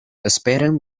esperen